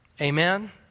Amen